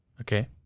Okay